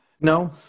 No